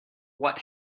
what